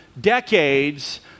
decades